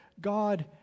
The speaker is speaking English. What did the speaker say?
God